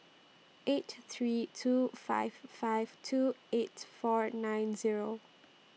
eight three two five five two eight four nine Zero